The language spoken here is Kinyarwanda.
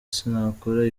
sinakora